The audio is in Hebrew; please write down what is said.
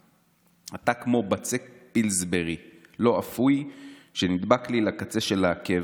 "אתה כמו בצק פילסברי לא אפוי שנדבק לי לקצה של העקב.